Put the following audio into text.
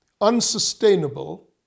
unsustainable